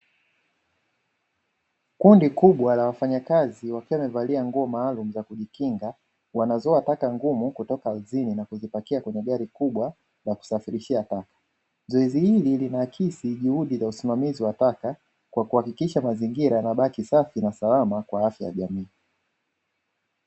Kundi kubwa la wafanyakazi wakiwa wamevalia nguo maalumu za kujikinga, wanazoa taka ngumu kutoka ardhini na kuzipakia kwenye gari kubwa la kusafirishia taka. Zoezi hili linaakisi juhudi za usimamizi wa taka kwa kuhakikisha mazingira yanabaki safi na salama kwa afya ya jamii.